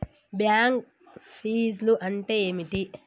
Bank ఫీజ్లు అంటే ఏమిటి?